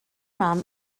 mam